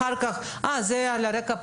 אחר כך אומרים שזה על רקע פלילי.